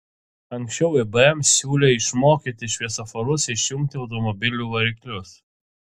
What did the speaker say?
ankščiau ibm siūlė išmokyti šviesoforus išjungti automobilių variklius